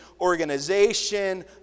organization